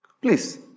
Please